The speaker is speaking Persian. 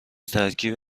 ترکیب